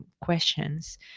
questions